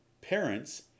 Parents